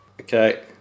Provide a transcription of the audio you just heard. Okay